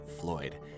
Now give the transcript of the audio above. Floyd